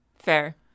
Fair